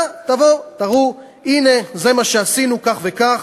תבואו, תראו: הנה, זה מה שעשינו, כך וכך,